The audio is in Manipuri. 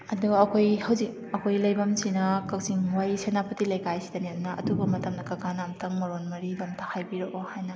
ꯑꯗꯨꯒ ꯑꯩꯈꯣꯏ ꯍꯧꯖꯤꯛ ꯑꯩꯈꯣꯏ ꯂꯩꯐꯝꯁꯤꯅ ꯀꯛꯆꯤꯡ ꯋꯥꯏꯔꯤ ꯁꯦꯅꯥꯄꯇꯤ ꯂꯩꯀꯥꯏ ꯑꯁꯤꯗꯅꯦ ꯑꯗꯨꯅ ꯑꯊꯨꯕ ꯃꯇꯝꯗ ꯀꯥꯀꯥꯅ ꯑꯃꯨꯛꯇꯪ ꯃꯔꯣꯟ ꯃꯔꯤꯗꯣ ꯑꯝꯇ ꯍꯥꯏꯕꯤꯔꯛꯑꯣ ꯍꯥꯏꯅ